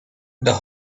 the